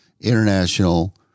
international